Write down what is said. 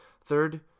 Third